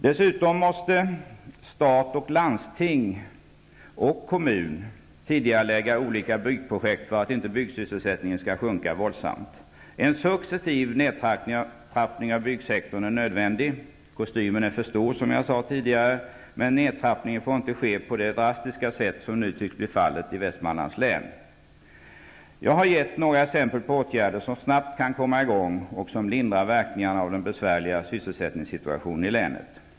Dessutom måste stat, landsting och kommuner tidigarelägga olika byggprojekt för att inte byggsysselsättningen skall minska våldsamt. En successiv nedtrappning av byggsektorn är nödvändig; kostymen är för stor, som jag sade tidigare, men nedtrappningen får inte ske på det drastiska sätt som nu tycks bli fallet i Västmanlands län. Jag har gett några exempel på åtgärder som snabbt kan komma i gång och som lindrar verkningarna av den besvärliga sysselsättningssituationen i länet.